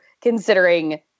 considering